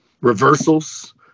reversals